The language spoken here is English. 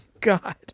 God